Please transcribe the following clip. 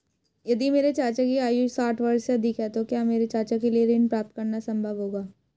यदि मेरे चाचा की आयु साठ वर्ष से अधिक है तो क्या मेरे चाचा के लिए ऋण प्राप्त करना संभव होगा?